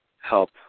help